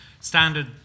Standard